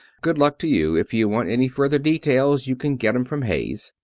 good luck to you. if you want any further details you can get em from hayes.